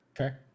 Okay